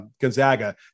Gonzaga